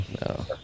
no